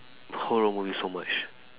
horror movies so much